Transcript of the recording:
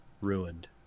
ruined